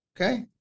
okay